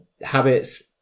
habits